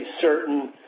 certain